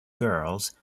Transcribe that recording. girls